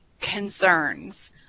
concerns